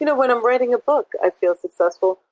you know when i'm writing a book, i feel successful.